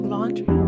Laundry